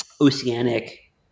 oceanic